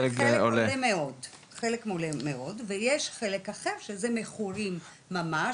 חלק עולה מאוד ויש חלק אחר שזה מכורים ממש,